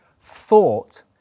thought